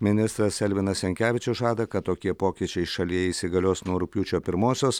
ministras elvinas jankevičius žada kad tokie pokyčiai šalyje įsigalios nuo rugpjūčio pirmosios